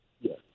Yes